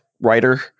writer